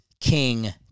King